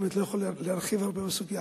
באמת לא יכול להרחיב הרבה בסוגיה.